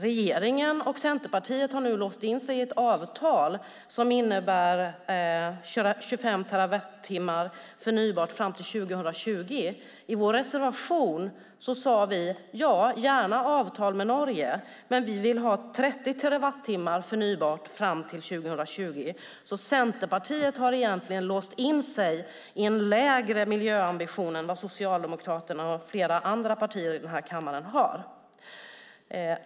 Regeringen och Centerpartiet har nu låst in sig i ett avtal som innebär 25 terawattimmar förnybart fram till 2020. I vår reservation sade vi att vi gärna såg ett avtal med Norge men att vi ville ha 30 terawattimmar förnybart fram till 2020. Centerpartiet har alltså egentligen låst in sig i en lägre miljöambition än Socialdemokraterna och flera andra partier i denna kammare.